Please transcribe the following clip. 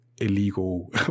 illegal